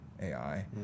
AI